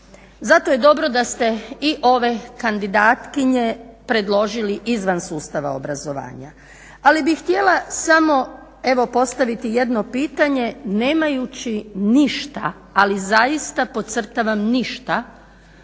Zato je dobro da ste i ove kandidatkinje predložili izvan sustava obrazovanja. Ali bih htjela samo evo postaviti jedno pitanje nemajući ništa, ali zaista podcrtavam ništa